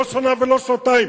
לא שנה ולא שנתיים,